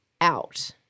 out